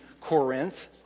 Corinth